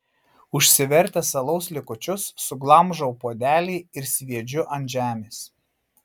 užsivertęs alaus likučius suglamžau puodelį ir sviedžiu ant žemės